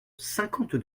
cinquante